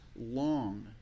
long